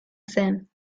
zen